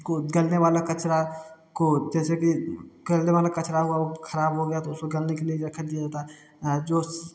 गलने वाला कचरा को जैसे कि गलने वाला कचरा हुआ वो ख़राब हो गया तो उसको गलने के लिए रख दिया जाता है जो